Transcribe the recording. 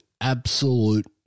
absolute